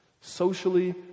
Socially